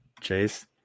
chase